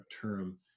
term